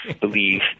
believe –